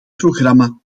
programma